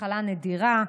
מחלה נדירה),